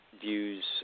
Views